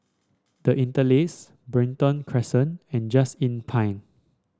The Interlace Brighton Crescent and Just Inn Pine